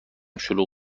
شلوغ